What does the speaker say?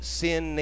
sin